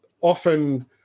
often